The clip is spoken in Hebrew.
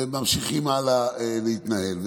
וממשיכים להתנהל הלאה.